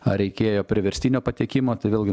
ar reikėjo priverstinio patekimo tai vėlgi